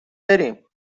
بریم